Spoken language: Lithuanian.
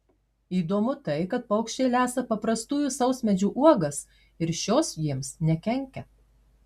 įdomu tai kad paukščiai lesa paprastųjų sausmedžių uogas ir šios jiems nekenkia